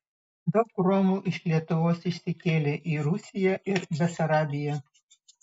daug romų iš lietuvos išsikėlė į rusiją ir besarabiją